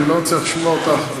אני לא מצליח לשמוע אותך.